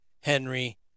Henry